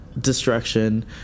destruction